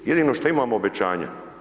Jedino što imamo obećanja.